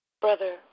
Brother